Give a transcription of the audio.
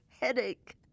headache